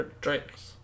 drinks